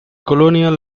colonial